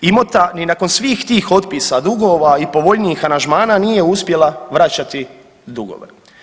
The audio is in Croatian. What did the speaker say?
Imota niti nakon svih tih otpisa dugova i povoljnijih aranžmana nije uspjela vraćati dugove.